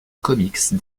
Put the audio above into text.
comics